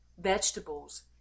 vegetables